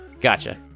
Gotcha